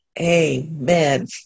Amen